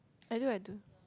I know I do